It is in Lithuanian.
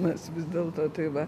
mes vis dėlto tai va